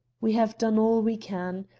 we have done all we can.